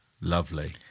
Lovely